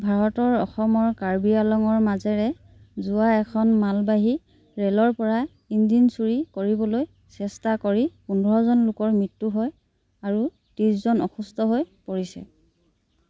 ভাৰতৰ অসমৰ কাৰ্বি আংলঙৰ মাজেৰে যোৱা এখন মালবাহী ৰে'লৰপৰা ইঞ্জিন চুৰি কৰিবলৈ চেষ্টা কৰি পোন্ধৰজন লোকৰ মৃত্যু হয় আৰু ত্ৰিশজন অসুস্থ হৈ পৰিছে